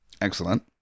Excellent